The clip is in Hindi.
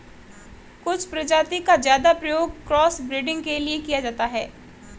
कुछ प्रजाति का ज्यादा प्रयोग क्रॉस ब्रीडिंग के लिए किया जाता है